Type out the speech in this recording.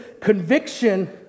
conviction